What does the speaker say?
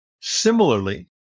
Similarly